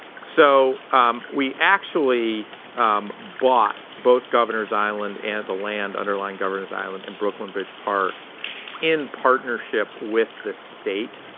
so we actually bought both governors island and the land underlying governors island and brooklyn bridge park in partnership with the state